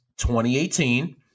2018